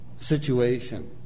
situation